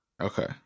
Okay